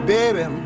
Baby